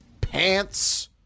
pants